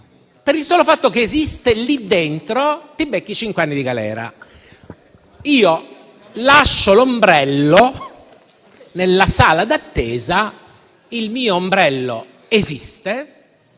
per il solo fatto che esiste lì dentro, ti becchi cinque anni di galera. Io lascio l'ombrello nella sala d'attesa, il mio ombrello esiste,